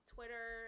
Twitter